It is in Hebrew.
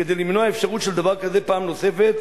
כדי למנוע אפשרות של דבר כזה פעם נוספת.